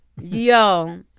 Yo